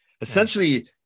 Essentially